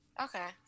Okay